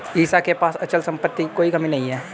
ईशा के पास अचल संपत्ति की कोई कमी नहीं है